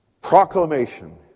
Proclamation